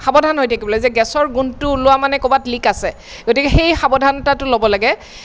সাৱধান হৈ থাকিব লাগে যে গেছৰ গোন্ধটো ওলোৱা মানে ক'ৰবাত লিক আছে গতিকে সেই সাৱধানতাটো ল'ব লাগে